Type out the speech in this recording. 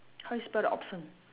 how you spell the awesome